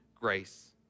grace